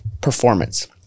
performance